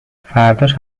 فرداش